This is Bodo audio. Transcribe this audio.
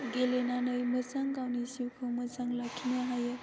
गेलेनानै मोजां गावनि जिउखौ मोजां लाखिनो हायो